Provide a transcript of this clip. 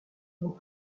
dans